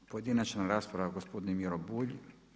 Pojedinačna rasprava gospodin Miro Bulj.